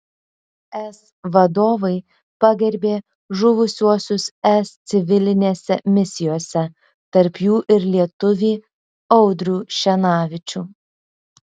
es vadovai pagerbė žuvusiuosius es civilinėse misijose tarp jų ir lietuvį audrių šenavičių